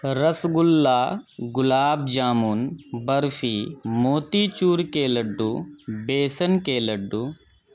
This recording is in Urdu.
رس گلہ گلاب جامن برفی موتی چور کے لڈو بیسن کے لڈو